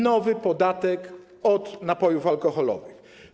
Nowy podatek od napojów alkoholowych.